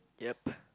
yup